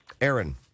Aaron